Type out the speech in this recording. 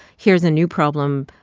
here's a new problem,